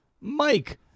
Mike